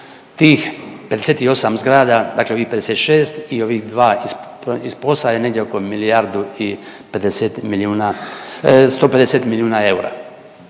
tih 58 zgrada dakle ovih 56 i ovih 2 iz POS-a je negdje oko milijardu i 50 milijuna,